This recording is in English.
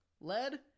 lead